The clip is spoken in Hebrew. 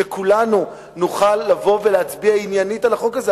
שכולנו נוכל לבוא ולהצביע עניינית על החוק הזה.